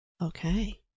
okay